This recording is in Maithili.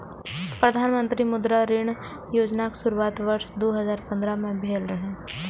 प्रधानमंत्री मुद्रा ऋण योजनाक शुरुआत वर्ष दू हजार पंद्रह में भेल रहै